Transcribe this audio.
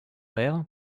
père